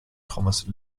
tomas